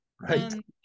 right